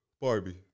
Barbie